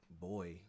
boy